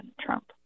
Trump